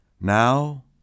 Now